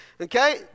okay